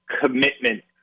commitment